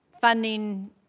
funding